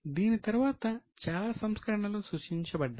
దీని తరువాత చాలా సంస్కరణలు సూచించబడ్డాయి